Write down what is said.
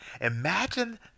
Imagine